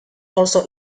also